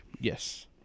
Yes